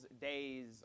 days